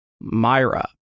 Myra